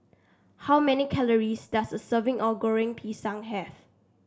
how many calories does a serving of Goreng Pisang have